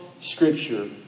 Scripture